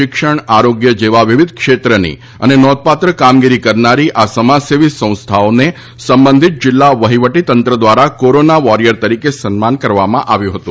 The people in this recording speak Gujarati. શિક્ષણ આરોગ્ય જેવા વિવિધ ક્ષેત્રની અને નોંધપાત્ર કામગીરી કરનારી આ સમાજસેવી સંસ્થાઓને સંબંધિત જિલ્લા વહીવટીતંત્ર દ્વારા કોરોના વોરિયર તરીકે સન્માન કરવામાં આવ્યું હતું